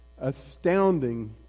astounding